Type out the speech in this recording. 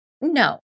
No